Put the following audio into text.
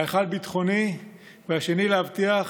האחד ביטחוני והשני, להבטיח